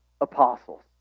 apostles